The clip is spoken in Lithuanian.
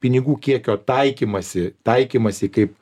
pinigų kiekio taikymąsi taikymąsi kaip